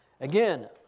Again